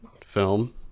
film